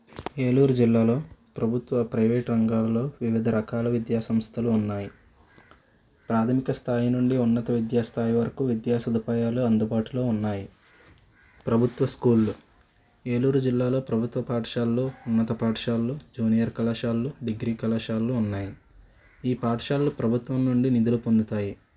ఏలూరు జిల్లాలో ప్రభుత్వ ప్రైవేటు రంగాల్లో వివిధ రకాల విద్యా సంస్థలు ఉన్నాయి ప్రాథమిక స్థాయి నుండి ఉన్నత విద్యా స్థాయి వరకు విద్యా సదుపాయాలు అందుబాటులో ఉన్నాయి ప్రభుత్వ స్కూల్లు ఏలూరు జిల్లాలో ప్రభుత్వ పాఠశాలలు ఉన్నత పాఠశాలలు జూనియర్ కళాశాలలు డిగ్రీ కళాశాలలు ఉన్నాయి ఈ పాఠశాలలు ప్రభుత్వం నుండి నిధులు పొందుతాయి